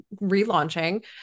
relaunching